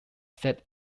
set